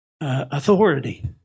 authority